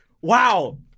Wow